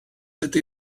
ydy